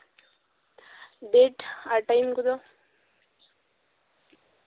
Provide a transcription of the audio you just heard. date ᱟᱨ time ᱠᱚᱫᱚ